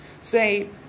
say